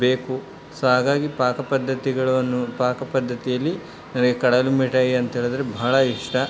ಬೇಕು ಸೊ ಹಾಗಾಗಿ ಪಾಕ ಪದ್ಧತಿಗಳು ಅನ್ನು ಪಾಕ ಪದ್ಧತಿಯಲ್ಲಿ ನನಗೆ ಕಡಲೆ ಮಿಠಾಯಿ ಅಂತ್ಹೇಳಿದ್ರೆ ಭಾಳ ಇಷ್ಟ